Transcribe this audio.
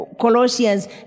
Colossians